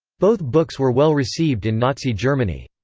both books were well received in nazi germany.